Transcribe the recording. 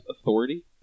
authority